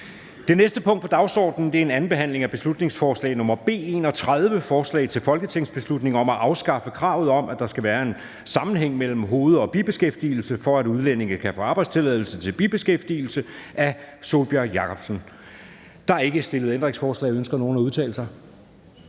Det næste punkt på dagsordenen er: 9) 2. (sidste) behandling af beslutningsforslag nr. B 31: Forslag til folketingsbeslutning om at afskaffe kravet om, at der skal være en sammenhæng mellem hoved- og bibeskæftigelse, for at udlændinge kan få arbejdstilladelse til bibeskæftigelse. Af Sólbjørg Jakobsen (LA) m.fl. (Fremsættelse 03.11.2023. 1.